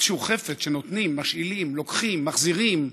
איזשהו חפץ שנותנים, משאילים, לוקחים, מחזירים,